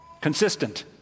consistent